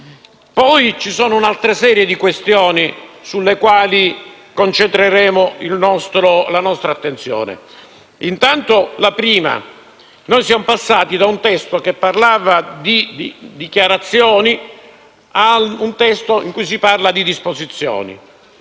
Poi c'è un'altra serie di questioni sulle quali concentreremo la nostra attenzione. La prima è che siamo passati da un testo che parlava di «dichiarazioni» a un testo in cui si parla di «disposizioni».